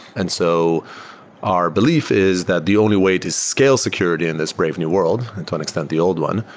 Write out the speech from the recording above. and so our belief is that the only way to scale security in this brave new world, into an extent, the old one,